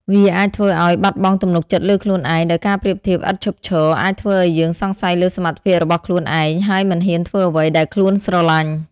វាអាចធ្វើឲ្យបាត់បង់ទំនុកចិត្តលើខ្លួនឯង ដោយការប្រៀបធៀបឥតឈប់ឈរអាចធ្វើឲ្យយើងសង្ស័យលើសមត្ថភាពរបស់ខ្លួនឯង ហើយមិនហ៊ានធ្វើអ្វីដែលខ្លួនស្រឡាញ់។